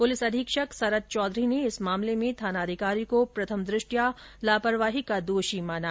police अधीक्षक सरद चौधरी ने इस मामले में थानाधिकरी को प्रथम दृष्टयां लापरवाही का दोषी माना